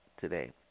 today